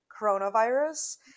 coronavirus